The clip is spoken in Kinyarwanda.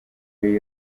ari